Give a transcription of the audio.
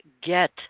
Get